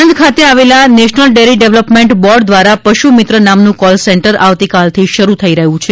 આણંદ ખાતે આવેલા national dairy development board દ્વારા પશુમિત્ર નામનું કોલ સેંટર આવતીકાલથી શરૂ થઈ રહ્યું છે